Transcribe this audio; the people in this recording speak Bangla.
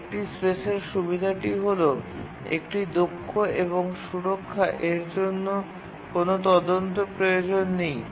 একটি স্পেসের সুবিধাটি হল এটি দক্ষ এবং সুরক্ষা এর জন্য কোনও তদন্ত প্রয়োজন নেই